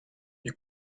you